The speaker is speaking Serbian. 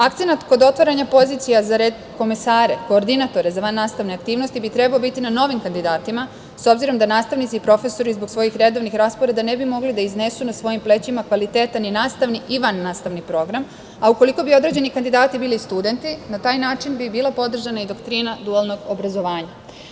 Akcenat kod otvaranja pozicija za redkomesare, koordinatore za vannastavne aktivnosti, bi trebao biti na novim kandidatima, s obzirom da nastavnici i profesori zbog svojih redovnih rasporeda ne bi mogli da iznesu na svojim plećima kvalitetan i nastavni i vannastavni program, a ukoliko bi određeni kandidati bili studenti, na taj način bi bila podržana i doktrina dualnog obrazovanja.